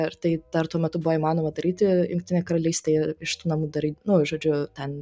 ir tai dar tuo metu buvo įmanoma daryti jungtinėj karalystėje iš tų namų darai nu žodžiu ten